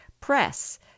Press